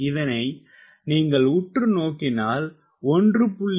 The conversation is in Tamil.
இதனை நீ உற்றுநோக்கினால் 1